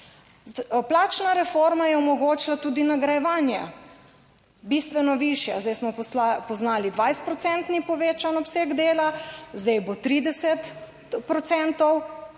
Plačna reforma je omogočila tudi nagrajevanje, bistveno višje. Zdaj smo poznali 20 procentni povečan obseg dela, zdaj bo 30